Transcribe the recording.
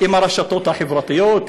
עם הרשתות החברתיות,